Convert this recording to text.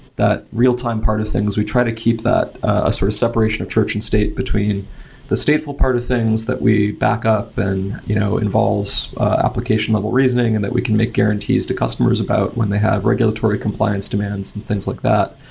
that real-time part of things, we try to keep that a sort of separation of church and state between the stateful part of things that we backup and you know involves application level reasoning and that we can make guarantees to customers about when they have regulatory compliance demands and things like that.